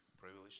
privilege